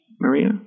Maria